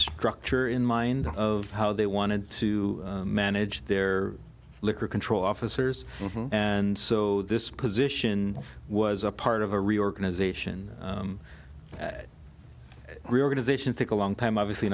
structure in mind of how they wanted to manage their liquor control officers and so this position was a part of a reorganization reorganization take a long time obviously